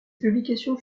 publications